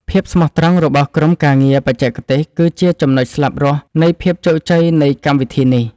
ភាពស្មោះត្រង់របស់ក្រុមការងារបច្ចេកទេសគឺជាចំណុចស្លាប់រស់នៃភាពជោគជ័យនៃកម្មវិធីនេះ។